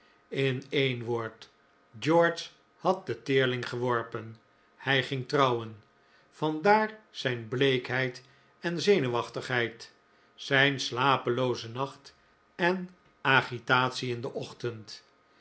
in een woord george had den teerling geworpen hij ging trouwen vandaar zijn bleekheid en zenuwachtigheid zijn slapelooze nacht en agitatie in den ochtend